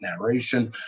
narration